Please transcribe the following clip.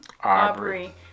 Aubrey